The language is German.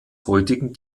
heutigen